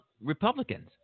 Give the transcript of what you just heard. Republicans